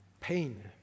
pain